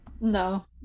No